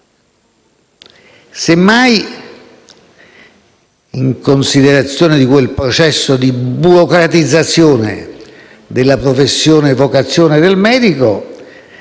Semmai, in considerazione di quel processo di burocratizzazione della professione e vocazione del medico,